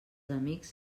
amics